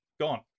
gone